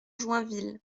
joinville